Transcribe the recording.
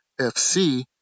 FC